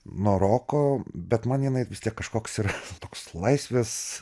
nuo roko bet man jinai vis tiek kažkoks ir toks laisvės